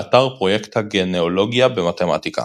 באתר פרויקט הגנאלוגיה במתמטיקה